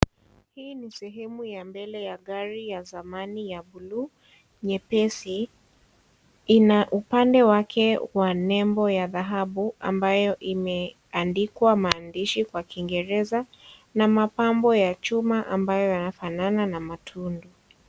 Hii ni sehemu ya mbele ya gari ya zamani ya buluu, nyepesi, inaupande wake wa nembo ya dhahabu ambayo imeandikwa maandishi kwa kingereza na mapambo ya chuma ambayo yanafanana na matundu.